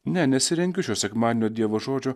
ne nesirengiu šio sekmadienio dievo žodžio